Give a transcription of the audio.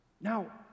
Now